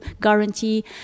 guarantee